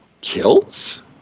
Kilts